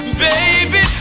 baby